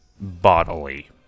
bodily